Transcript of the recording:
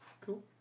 Cool